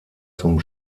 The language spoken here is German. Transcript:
zum